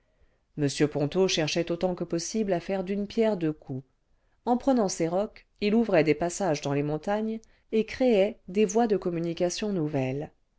m ponto cherchait autant que possible à faire d'une pierre deux coups en prenant ses rocs il ouvrait des passages dans les montagnes et créait des voies de communication nouvelles